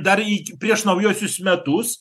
dar iki prieš naujuosius metus